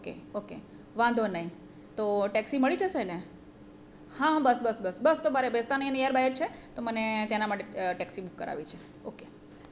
okay okay વાંધો નહીં તો ટેક્સી મળી જશે ને હા બસ બસ બસ તો મારે ભીસ્તાનની નીઅર બાઈ જ છે તો મને તેના માટે ટેક્સી બુક કરાવી છે ઓકે